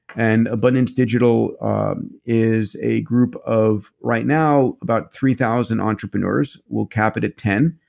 and abundance digital is a group of, right now, about three thousand entrepreneurs. we'll cap it at ten.